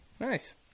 Nice